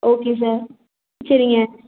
okay sir சரிங்க